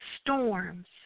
storms